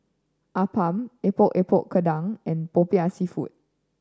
appam Epok Epok Kentang and Popiah Seafood